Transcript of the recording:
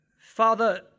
Father